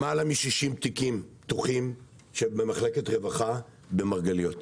למעלה מ-60 תיקים פתוחים במחלקת רווחה במרגליות.